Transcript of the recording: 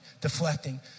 deflecting